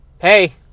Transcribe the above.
Hey